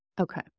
Okay